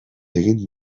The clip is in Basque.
egin